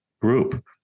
group